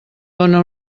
dóna